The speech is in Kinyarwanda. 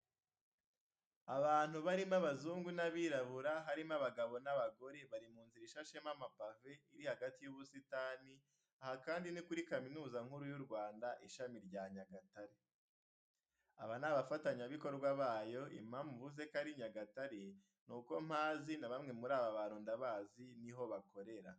Abantu barimo abazungu n'abirabura, harimo abagabo n'abagore bari mu nzira ishashemo amapave iri hagati y'ubusitani, aha kandi ni kuri Kaminuza Nkuru y'u Rwanda Ishami rya Nyagatare. Aba ni abafatanyabikorwa bayo, impamvu mvuze ko ari Nyagatare nuko mpazi na bamwe muri aba bantu ndabizi ni ho bakorera.